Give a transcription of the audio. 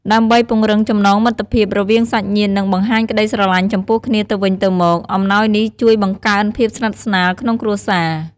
ដើម្បីពង្រឹងចំណងមិត្តភាពរវាងសាច់ញាតិ និងបង្ហាញក្តីស្រឡាញ់ចំពោះគ្នាទៅវិញទៅមក អំណោយនេះជួយបង្កើនភាពស្និទ្ធស្នាលក្នុងគ្រួសារ។